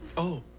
oh!